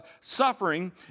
suffering